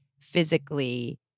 physically